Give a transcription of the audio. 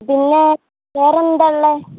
പിന്നേ വേറെയെന്താ ഉള്ളത്